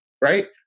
right